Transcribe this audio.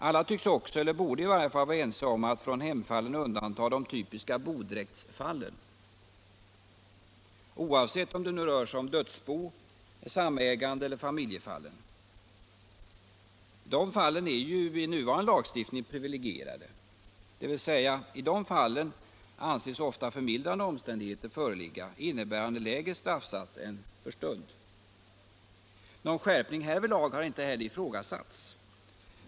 Alla tycks också, eller borde i alla fall vara ense om att från hemfallen undanta de typiska bodräktsfallen, oavsett om det rör sig om dödsbo-, samägandeeller familjefallen. De fallen är ju med nuvarande lagstiftning privilegierade, dvs. i de fallen anses ofta förmildrande omständigheter föreligga, innebärande lägre straffsatser än för stöld. Någon skärpning härvidlag har inte heller ifrågasatts.